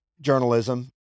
journalism